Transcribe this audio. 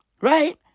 right